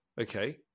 Okay